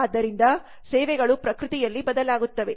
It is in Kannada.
ಆದ್ದರಿಂದ ಸೇವೆಗಳು ಪ್ರಕೃತಿಯಲ್ಲಿ ಬದಲಾಗುತ್ತವೆ